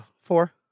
four